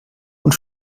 und